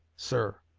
sir!